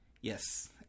Yes